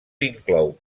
inclou